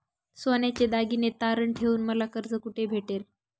सोन्याचे दागिने तारण ठेवून मला कर्ज कुठे भेटेल?